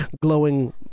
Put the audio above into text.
glowing